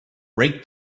rake